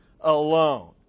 alone